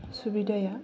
सुबिदाया